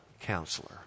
counselor